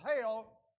hell